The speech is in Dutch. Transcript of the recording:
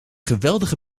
geweldige